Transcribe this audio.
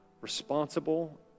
responsible